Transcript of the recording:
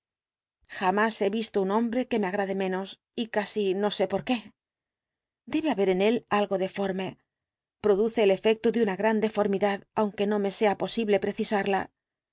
jamás he visto un hombre que me agrade menos y casi no sé por qué debe haber en él algo deforme produce el efecto de una gran deformidad aunque no me sea posible precisarla